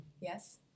yes